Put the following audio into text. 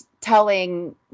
telling